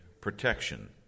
protection